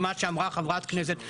היא מה שאמרה חברת הכנסת לזימי,